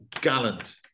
gallant